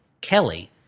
Kelly